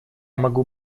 могу